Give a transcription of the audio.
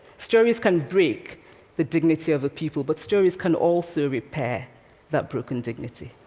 stories can break the dignity of a people, but stories can also repair that broken dignity.